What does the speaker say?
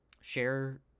share